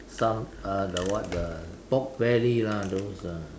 some uh the what the pork belly lah those uh